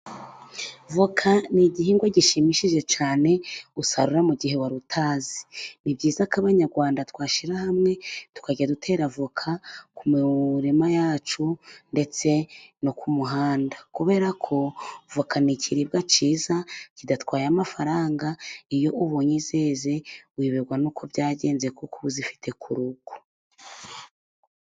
Voka ni igihingwa gishimishije cyane, usarura mu gihe wari utazi. Ni byiza ko abanyarwanda twashyira hamwe tukajya dutera avoka ku mirima yacu, ndetse no ku muhanda, kubera ko voka ni ikiribwa cyiza kidatwaye amafaranga, iyo ubonye zeze uyoberwa n'uko byagenze, kuko uba uzifite ku rugo.